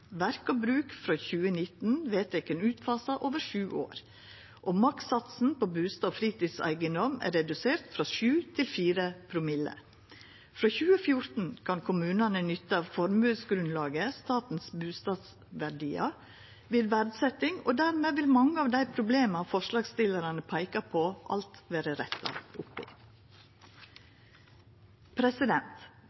verk og bruk er frå 2019 vedteken utfasa over sju år, og makssatsen på bustad- og fritidseigedom er redusert frå 7 til 4 promille. Frå 2014 kan kommunane nytta formuegrunnlaget, statens bustadverdiar, ved verdsetjing, og dermed vil mange av dei problema forslagsstillarane peiker på, alt vera retta opp i.